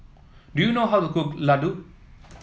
do you know how to cook Laddu